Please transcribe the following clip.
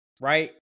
right